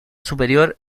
superior